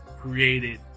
created